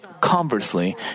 conversely